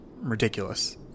ridiculous